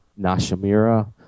Nashamira